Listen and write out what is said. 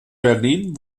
berlin